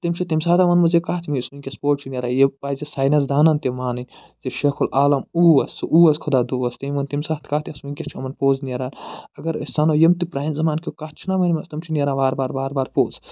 تٔمۍ چھُ تَمہِ ساتہٕ ووٚنمُت زِ کتھ یُس وٕنۍکٮ۪س پوٚز چھُ نیران یہِ پزِ ساینس دانن تہِ مانٕنۍ زِ شیخُ العالم اوس سُہ اوس خۄدا دوس تٔمۍ ووٚن تَمہِ ساتہٕ کتھ یۄس وٕنۍکٮ۪س چھِ یِمن پوٚز نیران اگر أسۍ سنو یِم تہِ پرٛانہِ زمانکیو کتھ چھِ نا ؤنۍمَژٕ تِم چھِ نیران وار وار وار وار پوٚز